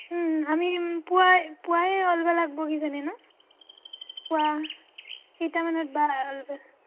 আমি পুৱাই পুৱাই ওলাব লাগিব কিজানি নহ্ পুৱা কেইটামানত বা ওলাব